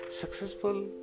Successful